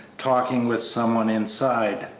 talking with some one inside.